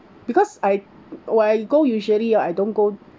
because I when I go usually hor I don't go